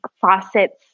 faucets